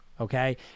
Okay